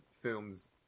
films